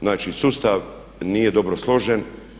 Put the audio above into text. Znači sustav nije dobro složen.